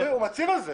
הוא מצהיר על זה.